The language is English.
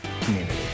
community